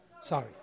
Sorry